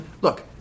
Look